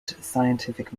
scientific